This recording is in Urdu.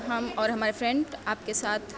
ہم اور ہمارے فرینڈ آپ کے ساتھ